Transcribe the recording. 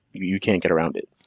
you can't get around it.